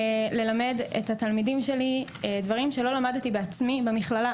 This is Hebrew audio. ללמד את התלמידים שלי דברים שלא למדתי בעצמי במכללה,